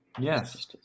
Yes